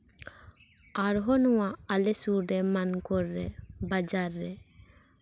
ᱟᱨᱦᱚᱸ ᱱᱚᱣᱟ ᱟᱞᱮ ᱥᱩᱨ ᱨᱮ ᱢᱟᱱᱠᱚᱨ ᱨᱮ ᱵᱟᱡᱟᱨ ᱨᱮ